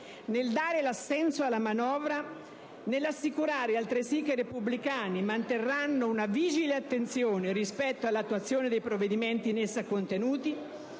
nel dare l'assenso alla manovra e nell'assicurare che i repubblicani manterranno una vigile attenzione rispetto all'attuazione dei provvedimenti in essa contenuti,